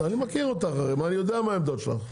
אני מכיר אותך הרי אני יודע מה העמדות שלך,